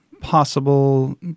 possible